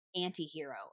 anti-hero